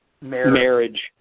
marriage